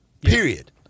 Period